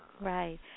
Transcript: Right